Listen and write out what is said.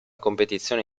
competizione